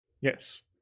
Yes